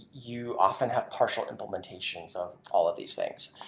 you often have partial implementations of all of these things.